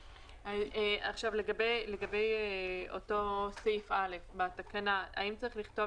לגבי אותו סעיף (א) בתקנה: האם צריך לכתוב